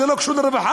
זה לא קשור לרווחה?